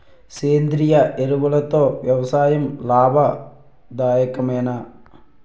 సేంద్రీయ ఎరువులతో వ్యవసాయం లాభదాయకమేనా?